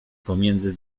pomiędzy